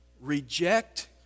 reject